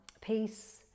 peace